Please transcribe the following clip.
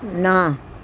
ਨਾ